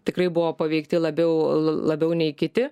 tikrai buvo paveikti labiau labiau nei kiti